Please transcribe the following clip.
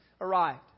arrived